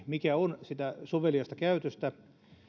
mikä on sitä soveliasta käytöstä